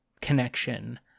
connection